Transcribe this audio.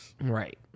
Right